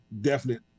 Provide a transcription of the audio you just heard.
definite